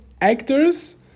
actors